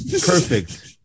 Perfect